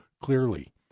clearly